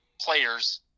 players